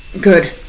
Good